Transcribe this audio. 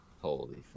Holy